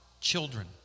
children